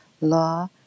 law